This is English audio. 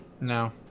No